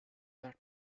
that